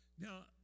Now